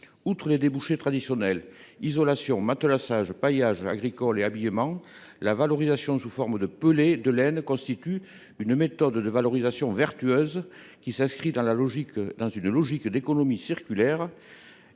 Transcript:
Outre les débouchés traditionnels comme l’isolation, le matelassage, le paillage agricole et l’habillement, la valorisation sous forme de pellets de laine constitue une méthode vertueuse qui s’inscrit dans une logique d’économie circulaire